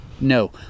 no